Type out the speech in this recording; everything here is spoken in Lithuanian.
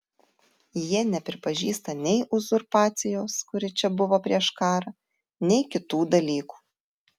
jie nepripažįsta nei uzurpacijos kuri čia buvo prieš karą nei kitų dalykų